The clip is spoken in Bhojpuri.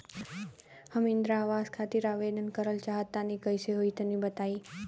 हम इंद्रा आवास खातिर आवेदन करल चाह तनि कइसे होई तनि बताई?